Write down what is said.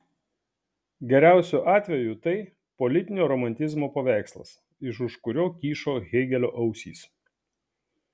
geriausiu atveju tai politinio romantizmo paveikslas iš už kurio kyšo hėgelio ausys